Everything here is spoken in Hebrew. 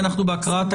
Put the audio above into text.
23,